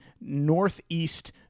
northeast